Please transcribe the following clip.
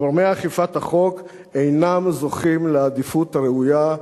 גורמי אכיפת החוק אינם זוכים לעדיפות הראויה,